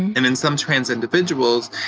and in some trans individuals,